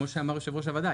כמו שאמר יושב ראש הוועדה,